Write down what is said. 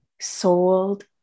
sold